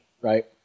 right